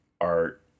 art